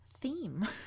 theme